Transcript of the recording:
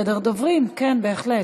יש סדר דוברים, כן, בהחלט.